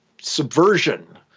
subversion